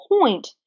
point